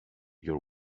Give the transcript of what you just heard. your